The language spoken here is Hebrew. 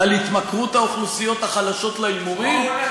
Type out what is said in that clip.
על התמכרות האוכלוסיות החלשות להימורים?